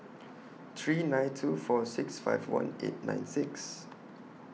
three nine two four six five one eight nine six